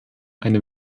eine